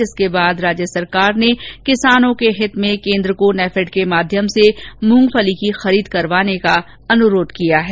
इसके बाद राज्य सरकार ने किसानों के हित में केन्द्र को नेफैड़ के माध्यम से मूंगफली की खरीद करवाने के लिए अनुरोध किया है